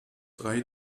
drei